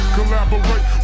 Collaborate